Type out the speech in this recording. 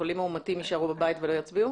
שחולים מאומתים יישארו בבית, לא יצביעו